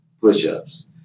push-ups